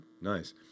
Nice